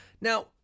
Now